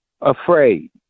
afraid